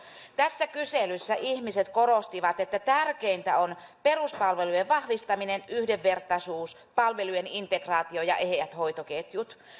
tässä kyselyssä ihmiset korostivat että tärkeimpiä ovat peruspalvelujen vahvistaminen yhdenvertaisuus palvelujen integraatio ja eheät hoitoketjut